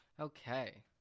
Okay